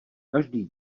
každý